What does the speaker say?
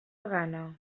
gana